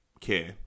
care